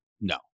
No